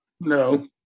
No